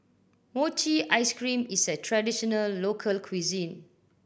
mochi ice cream is a traditional local cuisine